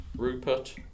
Rupert